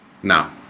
no